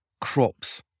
crops